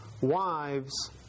wives